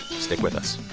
stick with us